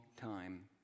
time